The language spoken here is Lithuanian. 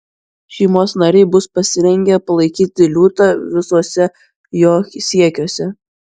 šeimos nariai bus pasirengę palaikyti liūtą visuose jo siekiuose